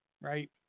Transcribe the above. right